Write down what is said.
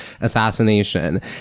assassination